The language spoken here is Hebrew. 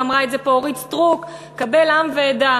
ואמרה את זה פה אורית סטרוק קבל עם ועדה,